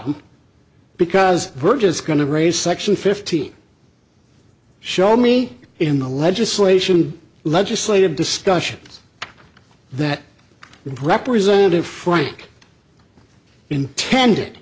them because we're just going to raise section fifty show me in the legislation legislative discussions that representative frank intended